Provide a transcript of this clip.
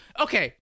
Okay